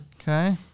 Okay